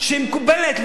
שהיא מקובלת,